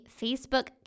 Facebook